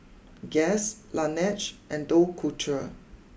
Guess Laneige and Dough culture